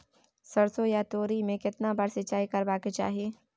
सरसो या तोरी में केतना बार सिंचाई करबा के चाही?